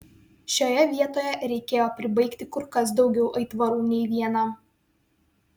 šioje vietoje reikėjo pribaigti kur kas daugiau aitvarų nei vieną